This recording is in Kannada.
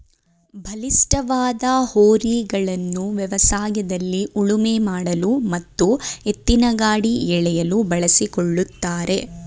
ಬಲಿಷ್ಠವಾದ ಹೋರಿಗಳನ್ನು ವ್ಯವಸಾಯದಲ್ಲಿ ಉಳುಮೆ ಮಾಡಲು ಮತ್ತು ಎತ್ತಿನಗಾಡಿ ಎಳೆಯಲು ಬಳಸಿಕೊಳ್ಳುತ್ತಾರೆ